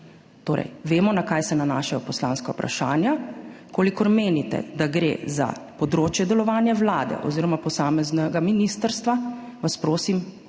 Torej vemo, na kaj se nanašajo poslanska vprašanja. Če menite, da gre za področje delovanja Vlade oziroma posameznega ministrstva, vas prosim,